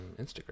instagram